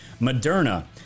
Moderna